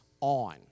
on